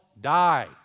die